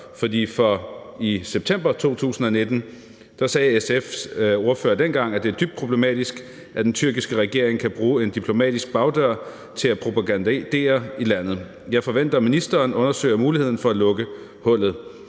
For i september 2019 sagde SF's ordfører dengang: »Det er dybt problematisk, at den tyrkiske regering kan bruge en diplomatisk bagdør til at propagandere i landet. Jeg forventer, at ministeren undersøger muligheder for at lukke hullet.«